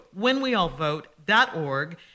whenweallvote.org